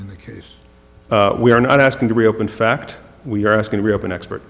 in the case we are not asking to reopen fact we are asking to reopen expert